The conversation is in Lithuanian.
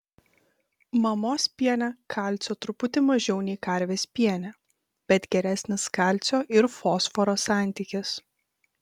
mamos piene kalcio truputį mažiau nei karvės piene bet geresnis kalcio ir fosforo santykis